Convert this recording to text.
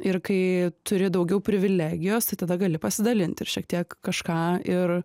ir kai turi daugiau privilegijos tai tada gali pasidalint ir šiek tiek kažką ir